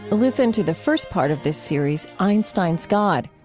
listen to the first part of this series, einstein's god.